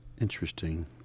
Interesting